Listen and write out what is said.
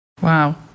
Wow